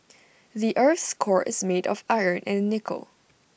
the Earth's core is made of iron and nickel